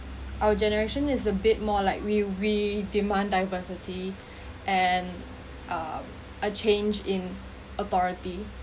our generation is a bit more like we we demand diversity and uh a change in authority